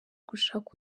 gushaka